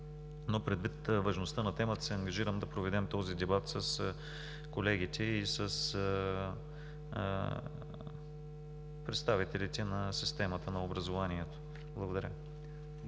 Но предвид важността на темата се ангажирам да проведем този дебат с колегите и с представителите на системата на образованието. Благодаря.